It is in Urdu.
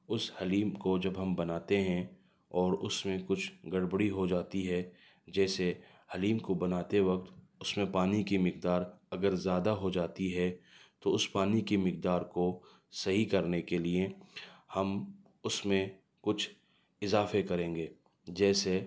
اس حلیم کو جب ہم بناتے ہیں اور اس میں کچھ گڑبڑی ہو جاتی ہے جیسے حلیم کو بناتے وقت اس میں پانی کی مقدار اگر زیادہ ہو جاتی ہے تو اس پانی کی مقدار کو صحیح کرنے کے لئے ہم اس میں کچھ اضافے کریں گے جیسے